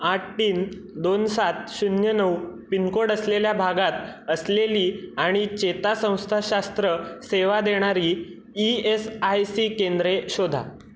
आठ तीन दोन सात शून्य नऊ पिनकोड असलेल्या भागात असलेली आणि चेतासंस्थाशास्त्र सेवा देणारी ई एस आय सी केंद्रे शोधा